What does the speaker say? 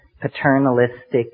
paternalistic